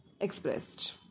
expressed